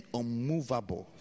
unmovable